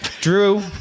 Drew